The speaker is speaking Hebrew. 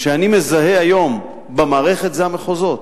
שאני מזהה היום במערכת זה המחוזות.